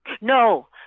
No